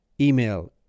Email